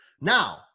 Now